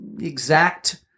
exact